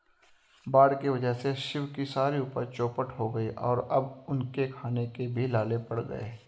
बाढ़ के वजह से शिव की सारी उपज चौपट हो गई और अब उनके खाने के भी लाले पड़ गए हैं